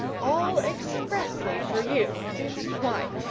all expressly for you why,